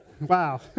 Wow